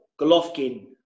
Golovkin